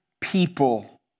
people